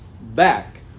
back